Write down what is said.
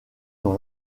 dans